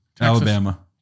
Alabama